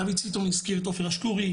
דוד סיטון הזכיר את עופר אשקורי,